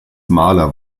maler